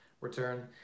return